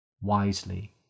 Wisely